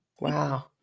Wow